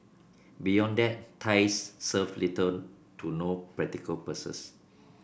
beyond that ties serve little to no practical